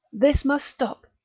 this must stop,